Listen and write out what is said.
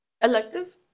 elective